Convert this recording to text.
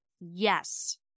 yes